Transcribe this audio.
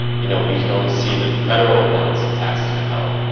you know, we can only see the federal amount of taxes withheld.